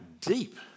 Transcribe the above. deep